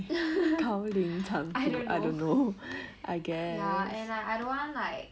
I don't know ya and like I don't want like